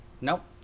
Nope